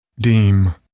Deem